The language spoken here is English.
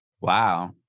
wow